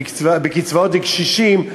בקצבאות לקשישים.